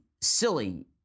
silly